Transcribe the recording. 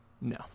No